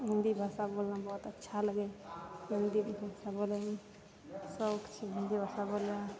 हिन्दी भाषा बोलना बहुत अच्छा लगै हिन्दी भाषा बोलैमे सौख छै हिन्दी भाषा बोलना